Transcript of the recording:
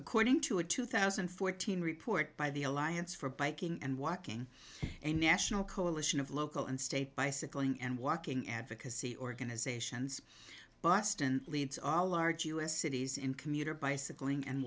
according to a two thousand and fourteen report by the alliance for biking and walking a national coalition of local and state bicycling and walking advocacy organizations but leads are large u s cities in commuter bicycling and